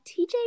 TJ